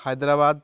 Hyderabad